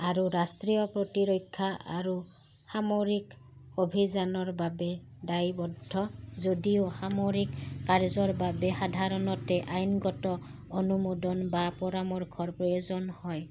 আৰু ৰাষ্ট্ৰীয় প্ৰতিৰক্ষা আৰু সামৰিক অভিযানৰ বাবে দায়বদ্ধ যদিও সামৰিক কাৰ্যৰ বাবে সাধাৰণতে আইনগত অনুমোদন বা পৰামৰ্শৰ প্ৰয়োজন হয়